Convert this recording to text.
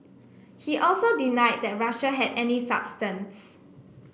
he also denied that Russia had any substance